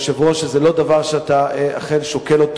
אני מאמין ומקווה שזה לא דבר שאתה אכן שוקל אותו.